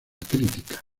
crítica